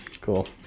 Cool